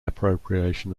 appropriation